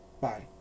Bye